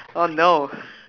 oh no